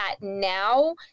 now